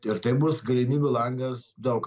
ir tai bus galimybių langas daug